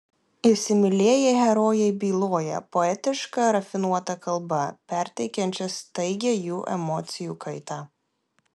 įsimylėję herojai byloja poetiška rafinuota kalba perteikiančia staigią jų emocijų kaitą